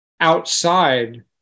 outside